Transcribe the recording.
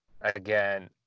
again